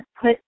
put